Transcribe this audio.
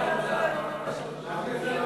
הוציאו